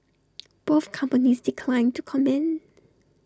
both companies declined to comment